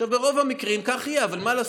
עכשיו, ברוב המקרים כך יהיה, אבל מה לעשות?